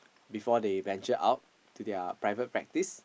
before they venture out to their private practice